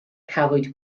cafwyd